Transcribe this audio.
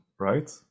right